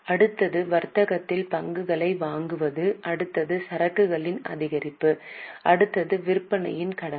அடுத்தது வர்த்தகத்தில் பங்குகளை வாங்குவது அடுத்தது சரக்குகளின் அதிகரிப்பு அடுத்தது விற்பனையின் கடமை